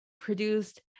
produced